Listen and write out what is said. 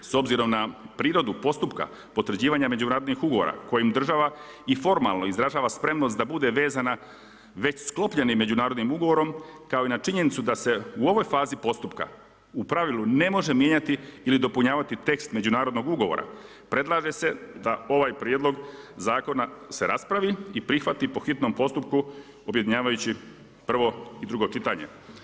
S obzirom na prirodu postupka kojim država i formalno izražava spremnost da bude vezana već sklopljenim međunarodnim ugovorom, kao i na činjenicu da se u ovoj fazi postupka u pravilu ne može mijenjati ili dopunjavati tekst međunarodnog ugovora predlaže se da ovaj prijedlog zakona se raspravi i prihvati po hitnom postupku objedinjavajući prvo i drugo čitanje.